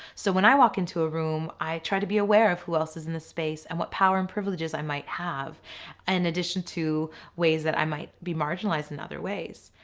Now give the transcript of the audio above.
so when i walk into a room i try to be aware of who else is in the space and what power and privileges i might have in and addition to ways that i might be marginalized in other ways.